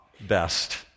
best